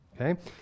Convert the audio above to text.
Okay